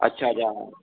अच्छा अच्छा